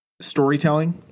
storytelling